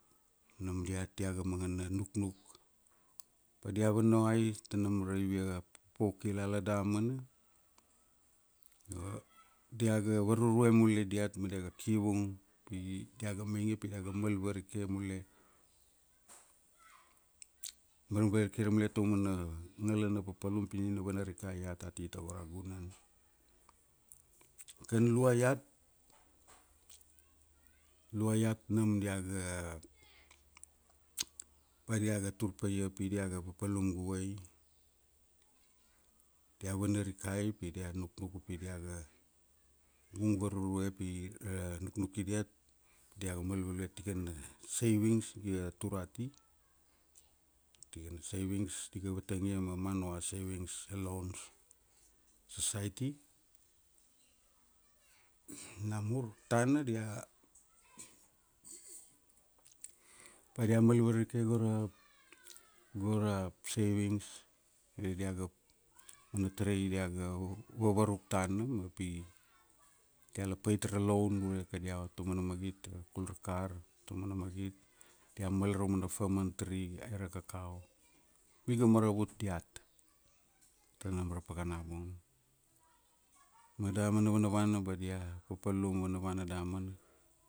Nam diat diaga mangana nuknuk. Ba dia vanuai tanam ra paupau kilala damana, io, diaga varurue mule diat ma diaga kivung, pi, diaga mainge pi diaga mal varike mule, mal varike mule taumana papalum pi ni na vana rikai iat ati tago ra gunan. Kan lua iat, lua iat nam diaga, ba diaga tur pa ia pi diaga papalum guvai, dia vana rikai pi dia nuknuk upi diaga, vung varurue pi, ra nuknuki diat, diaga mal mule tikana savings iga tur ati, tikana saings diga vatang ia ma Manua Savings and Loans Society. Namur tana dia, ba dia mal varike go ra, go ra savings, ni diaga, mana tarai diaga vavaruk tana ma pi, diala pait ra loan ure kadia taumana magit dara kul ra kar, taumana magit, dia mal ra umana famantri aira kakao, pi ga maravut diat tanam ra pakana bung. Ma damana vanavana ba dia, papalum vanavana damana,